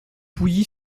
pouilly